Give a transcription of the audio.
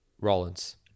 rollins